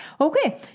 okay